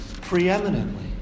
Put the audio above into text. preeminently